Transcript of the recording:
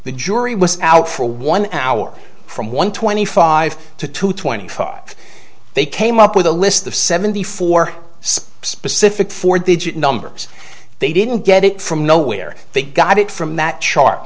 the jury was out for one hour from one twenty five to two twenty five they came up with a list of seventy four specific four digit numbers they didn't get it from nowhere they got it from that char